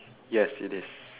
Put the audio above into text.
yes it is